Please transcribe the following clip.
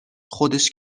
خودش